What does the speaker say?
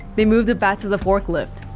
they moved it back to the forklift